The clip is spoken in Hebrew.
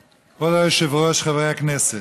היושב-ראש, חברי הכנסת,